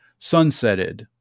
sunsetted